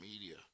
media